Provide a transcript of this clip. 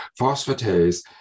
phosphatase